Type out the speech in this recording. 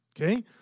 Okay